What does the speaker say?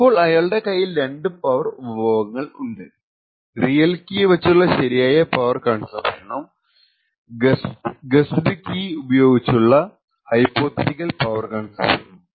ഇപ്പോൾ അയാളുടെ കൈയിൽ രണ്ടു പവർ ഉപഭോഗങ്ങൾ ഉണ്ട് റിയൽ കീ വച്ചുള്ള ശരിയായ പവർ കൺസംപ്ഷനും ഗെസ്ഡ് കീ ഉപയോഗിച്ചുള്ള ഹൈപോതെറ്റിക്കൽ പവർ കൺസംപ്ഷനും